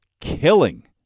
killing